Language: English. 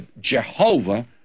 Jehovah